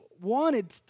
wanted